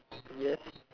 yes